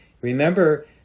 remember